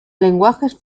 lenguajes